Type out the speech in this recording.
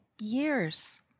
years